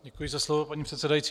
Děkuji za slovo, paní předsedající.